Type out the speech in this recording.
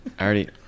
already